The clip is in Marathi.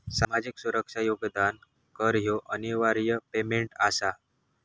सामाजिक सुरक्षा योगदान कर ह्यो अनिवार्य पेमेंट आसा